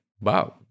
Wow